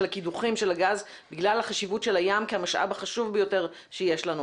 הקידוחים של הגז בגלל החשיבות של הים כמשאב החשוב ביותר שיש לנו.